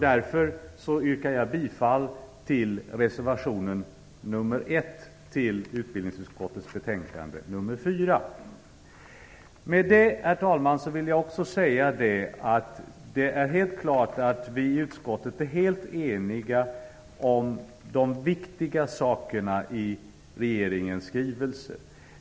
Därför yrkar jag bifall till reservation nr 1 till utbildningsutskottets betänkande nr 4. Jag vill också säga, herr talman, att det är helt klart att vi i utskottet är helt eniga om de viktiga sakerna i regeringens skrivelse.